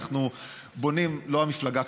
לא המפלגה,